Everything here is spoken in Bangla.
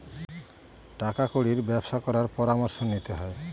টাকা কুড়ির ব্যবসা করার পরামর্শ নিতে হয়